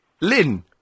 Lin